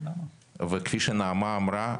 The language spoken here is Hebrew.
אבל כפי שנעמה אמרה,